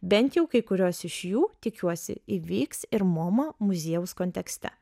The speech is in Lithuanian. bent jau kai kurios iš jų tikiuosi įvyks ir moma muziejaus kontekste